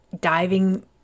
diving